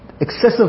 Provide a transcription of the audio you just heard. excessive